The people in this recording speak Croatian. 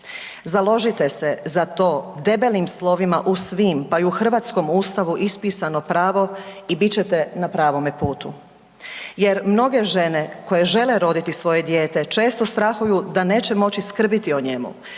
Založite se za to, debelim slovima u svim pa i u hrvatskom Ustavu ispisano pravo i bit ćete na pravome putu jer mnoge žene koje žele roditi svoje dijete često strahuju da neće moći skrbiti o njemu,